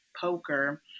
poker